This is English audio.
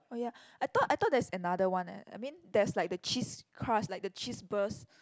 oh ya I thought I thought that's another one eh I mean there's like the cheese crust like the cheese burst